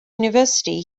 university